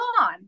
on